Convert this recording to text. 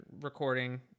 recording